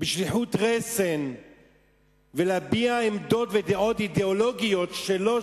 בצורה שלוחת רסן ולהביע עמדות ודעות אידיאולוגיות שלו,